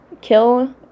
kill